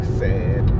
sad